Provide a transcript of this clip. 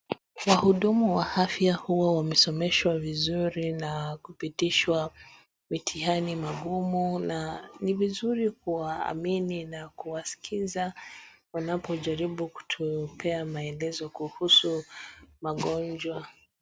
Wahudumu wa afya huwa wamesomeshwa vizuri na kupitishwa mitihani magumu na ni vizuri kuwaamini na kuwaskiza wanapojaribu kutupea maelezo kuhusu magonjwa.